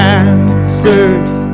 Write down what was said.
answers